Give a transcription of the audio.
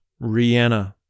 Rihanna